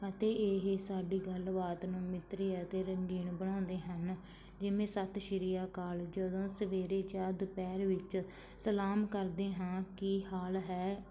ਅਤੇ ਇਹ ਸਾਡੀ ਗੱਲਬਾਤ ਨੂੰ ਮਿੱਤਰੀ ਅਤੇ ਰੰਗੀਨ ਬਣਾਉਂਦੇ ਹਨ ਜਿਵੇਂ ਸਤਿ ਸ਼੍ਰੀ ਅਕਾਲ ਜਦੋਂ ਸਵੇਰੇ ਜਾਂ ਦੁਪਹਿਰ ਵਿੱਚ ਸਲਾਮ ਕਰਦੇ ਹਾਂ ਕੀ ਹਾਲ ਹੈ